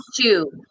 two